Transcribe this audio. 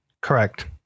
Correct